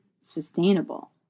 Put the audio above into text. sustainable